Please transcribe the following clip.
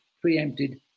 preempted